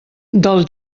del